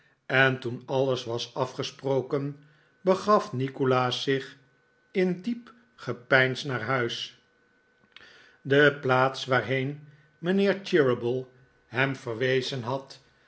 en toen alles was afgesproken begaf nikolaas zich in diep gepeins naar huis de plaats waarheen mijnheer cheeryble hem verwezen had